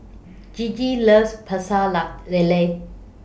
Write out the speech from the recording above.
Gigi loves Pecel Lele